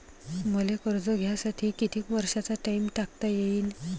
मले कर्ज घ्यासाठी कितीक वर्षाचा टाइम टाकता येईन?